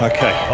Okay